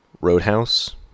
Roadhouse